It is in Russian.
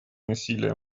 насилия